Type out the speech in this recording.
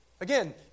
Again